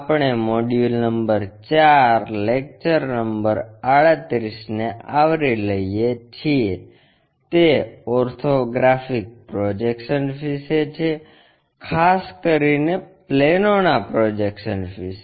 આપણે module number 4 lecture number 38 ને આવરી લઈએ છીએ તે ઓર્થોગ્રાફિક પ્રોજેક્શન્સ વિશે છે ખાસ કરીને પ્લેનોના પ્રોજેક્શન્સ વિશે